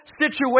situation